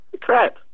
crap